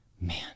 Man